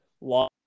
law